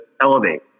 elevate